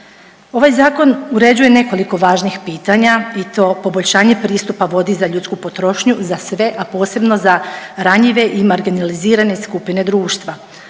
Ovaj zakon uređuje nekoliko važnih pitanja i to poboljšanje pristupa vodi za ljudsku potrošnju za sve, a posebno za ranjive i marginalizirane skupine društva,